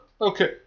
okay